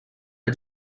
are